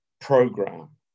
program